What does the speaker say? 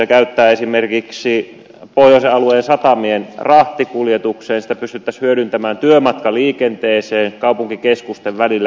sitä voitaisiin käyttää esimerkiksi pohjoisen alueen satamien rahtikuljetukseen sitä pystyttäisiin hyödyntämään työmatkaliikenteeseen kaupunkikeskusten välillä